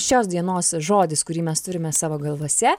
šios dienos žodis kurį mes turime savo galvose